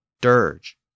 dirge